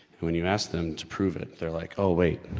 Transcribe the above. when you ask them to prove it they're like oh, wait,